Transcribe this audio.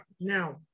now